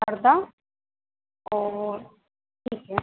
हरदा और ठीक है